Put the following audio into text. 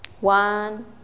one